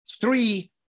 three